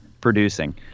producing